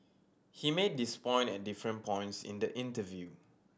he made this point at different points in the interview